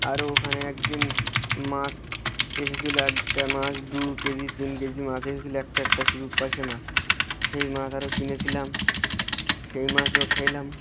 আরও ওখানে একদিন মাছ এসেছিলো একটা মাছ দু কেজি তিন কেজি মাছ এসেছিলো একটা একটা শুধু পারশে মাছ সেই মাছ আরও কিনেছিলাম সেই মাছও খেলাম